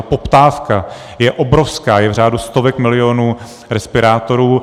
Poptávka je obrovská, je v řádu stovek milionů respirátorů.